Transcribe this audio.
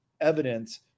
evidence